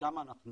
ושמה אנחנו